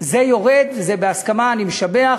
זה יורד, וזה בהסכמה, ואני משבח